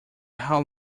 how